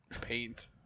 paint